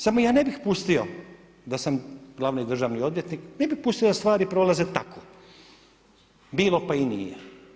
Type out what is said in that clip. Samo ja ne bih pustio da sam glavni državni odvjetnik, ne bih pustio da stvari prolaze tako, bilo pa i nije.